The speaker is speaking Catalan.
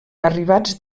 arribats